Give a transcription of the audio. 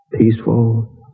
Peaceful